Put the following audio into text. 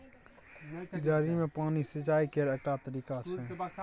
जड़ि मे पानि सिचाई केर एकटा तरीका छै